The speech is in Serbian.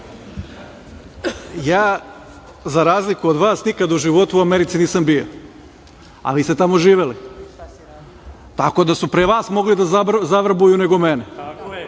CIA.Za razliku od vas, nikad u životu u Americi nisam bio, a vi ste tamo živeli, tako da su pre vas mogli da zavrbuju nego mene, a onda